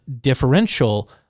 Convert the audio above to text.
differential